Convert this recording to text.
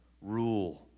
rule